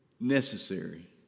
necessary